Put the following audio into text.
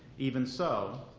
even so,